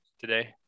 today